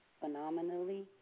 Phenomenally